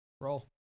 Roll